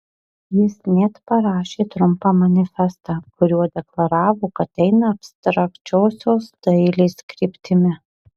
jis net parašė trumpą manifestą kuriuo deklaravo kad eina abstrakčiosios dailės kryptimi